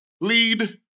Lead